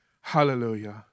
Hallelujah